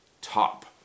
top